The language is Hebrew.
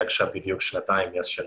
נמצא בארץ בדיוק שנתיים מאז עליתי.